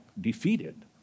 defeated